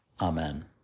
Amen